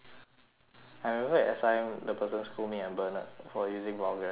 I remember at S_I_M the person scold me and bernard for using vulgarities in school